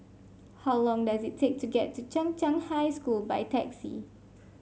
how long does it take to get to Chung Cheng High School by taxi